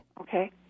Okay